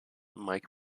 mike